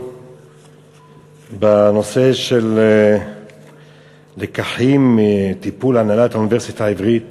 בנושא של לקחים מטיפול האוניברסיטה העברית